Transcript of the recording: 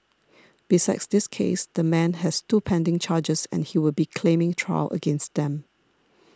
besides this case the man has two pending charges and he will be claiming trial against them